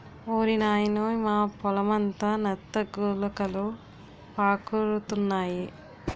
ఓరి నాయనోయ్ మా పొలమంతా నత్త గులకలు పాకురుతున్నాయి